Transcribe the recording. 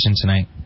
tonight